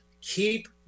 keep